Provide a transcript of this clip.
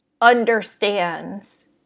understands